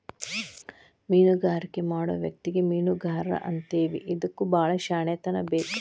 ಮೇನುಗಾರಿಕೆ ಮಾಡು ವ್ಯಕ್ತಿಗೆ ಮೇನುಗಾರಾ ಅಂತೇವಿ ಇದಕ್ಕು ಬಾಳ ಶ್ಯಾಣೆತನಾ ಬೇಕ